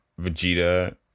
Vegeta